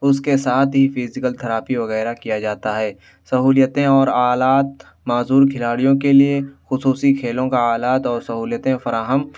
اس کے ساتھ ہی فزیکل تھراپی وغیرہ کیا جاتا ہے سہولیتیں اور آلات معذور کھلاڑیوں کے لیے خصوصی کھیلوں کا آلات اور سہولیتیں فراہم